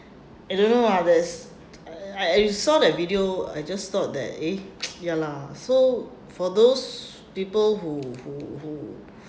I don't know about this I I I saw that video I just thought that eh ya lah so for those people who who who